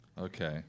Okay